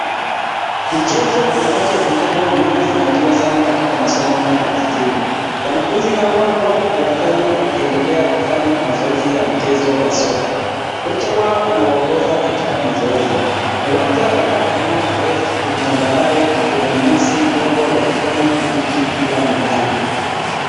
Michezo ni kati ya vitengo vinavyozingatiwa sana katika masomo hapa jijini. Wanafunzi hawa wapo uwanjani wakiendelea kufanya mazoezi ya mchezo wa soccer . Kocha wao anawaongoza katika mazoezi. Uwanja wanaofanyia mazoezi ni tambarare na una nyasi ndogo ya kijani kibichi kila mahali.